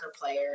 player